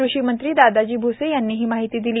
कृषी मंत्री दादाजी भूसे यांनी ही माहिती दिली